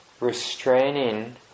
restraining